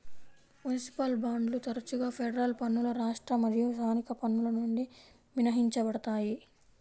municipal బాండ్లు తరచుగా federal పన్నులు రాష్ట్ర మరియు స్థానిక పన్నుల నుండి మినహాయించబడతాయి